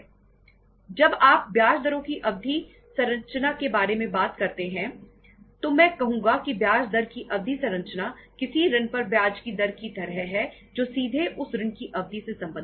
जब आप ब्याज दरों की अवधि संरचना के बारे में बात करते हैं तो मैं कहूंगा कि ब्याज दर की अवधि संरचना किसी ऋण पर ब्याज की दर की तरह है जो सीधे उस ऋण की अवधि से संबंधित है